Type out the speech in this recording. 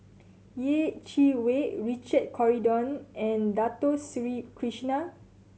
Yeh Chi Wei Richard Corridon and Dato Sri Krishna